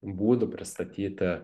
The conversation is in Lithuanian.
būdų pristatyti